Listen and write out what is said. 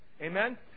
Amen